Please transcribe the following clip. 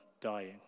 dying